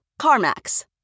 CarMax